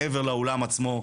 מעבר לאולם עצמו,